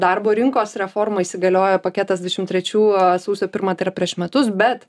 darbo rinkos reforma įsigaliojo paketas dvidešimt trečių sausio pirmą tai yra prieš metus bet